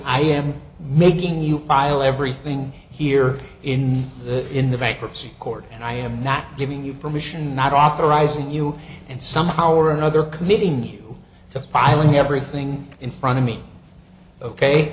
i am making you file everything here in the in the bankruptcy court and i am not giving you permission not authorizing you and somehow or another committee new to filing everything in front of me ok